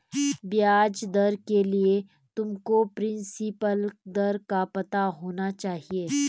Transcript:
ब्याज दर के लिए तुमको प्रिंसिपल दर का पता होना चाहिए